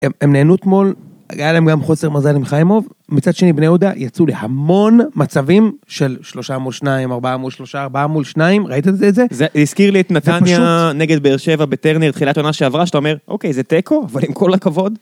הם נהנו אתמול, היה להם גם חוסר מזל עם חיימוב, מצד שני בני יהודה יצאו להמון מצבים של שלושה מול שניים, ארבעה מול שלושה, ארבעה מול שניים, ראית את זה? זה, הזכיר לי את נתניה נגד באר שבע בטרנר, תחילת עונה שעברה, שאתה אומר, אוקיי, זה תיקו? עם כל הכבוד.